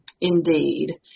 Indeed